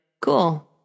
cool